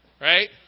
Right